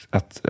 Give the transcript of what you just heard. Att